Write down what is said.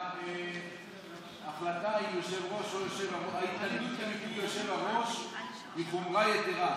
ב-1994: "ההתנגדות לביטוי כמו 'יושב-הראש' היא חומרה יתרה,